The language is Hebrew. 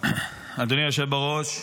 אדוני היושב בראש,